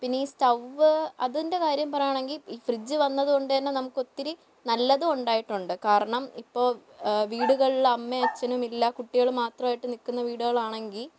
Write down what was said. പിന്നെ സ്റ്റൗ അതിൻ്റെ കാര്യം പറയണമെങ്കിൽ ഈ ഫ്രിഡ്ജ് വന്നതുകൊണ്ട് തന്നെ നമുക്കൊത്തിരി നല്ലതും ഉണ്ടായിട്ടുണ്ട് കാരണം ഇപ്പോൾ വീടുകളിൽ അമ്മ അച്ഛനും ഇല്ല കുട്ടികളും മാത്രമായിട്ട് നിൽക്കുന്ന വീടുകളാണെങ്കിൽ